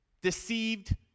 deceived